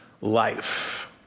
life